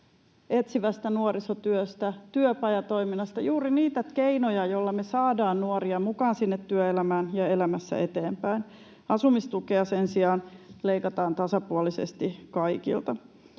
etsivästä nuorisotyöstä, työpajatoiminnasta — juuri niistä keinoista, joilla me saadaan nuoria mukaan sinne työelämään ja elämässä eteenpäin. Asumistukea sen sijaan leikataan tasapuolisesti kaikilta.